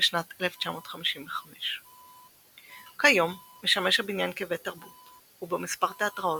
בשנת 1955. כיום משמש הבניין כבית תרבות ובו מספר תיאטראות,